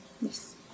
Yes